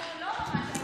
לא, אני כאילו לא ממש,